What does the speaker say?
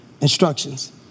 instructions